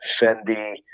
Fendi